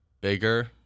bigger